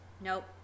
Nope